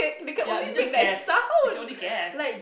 ya they just gasp they can only gasp